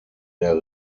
der